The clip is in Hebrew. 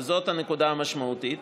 וזאת הנקודה המשמעותית,